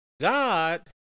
God